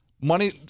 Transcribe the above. money